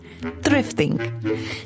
thrifting